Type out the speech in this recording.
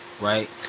Right